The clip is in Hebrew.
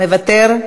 מוותר,